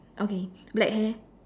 okay black hair